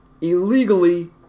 illegally